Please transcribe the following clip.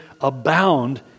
abound